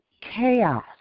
Chaos